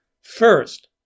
First